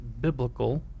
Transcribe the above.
biblical